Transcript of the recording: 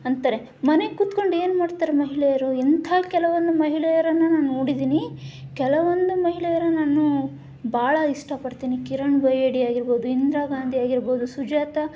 ಅಂತಾರೆ ಮನೆಗೆ ಕುತ್ಕೊಂಡು ಏನು ಮಾಡ್ತಾರೆ ಮಹಿಳೆಯರು ಎಂಥ ಕೆಲವೊಂದು ಮಹಿಳೆಯರನ್ನು ನಾನು ನೋಡಿದೀನಿ ಕೆಲವೊಂದು ಮಹಿಳೇರ ನಾನು ಬಹಳ ಇಷ್ಟಪಡ್ತೀನಿ ಕಿರಣ್ ಬೇಡಿಯಾಗಿರ್ಬೋದು ಇಂಧಿರಾ ಗಾಂಧಿಯಾಗಿರ್ಬೋದು ಸುಚೇತ